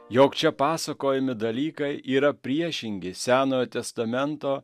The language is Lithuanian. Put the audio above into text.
jog čia pasakojami dalykai yra priešingi senojo testamento